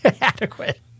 Adequate